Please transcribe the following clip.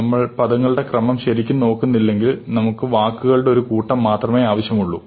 നമ്മൾ പദങ്ങളുടെ ക്രമം ശരിക്കും നോക്കുന്നില്ലെങ്കിൽ നമുക്ക് വാക്കുകളുടെ ഒരു കൂട്ടം മാത്രമേ ആവശ്യമുള്ളൂ